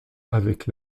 avec